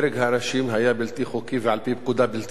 היה בלתי חוקי ועל-פי פקודה בלתי חוקית בעליל.